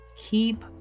keep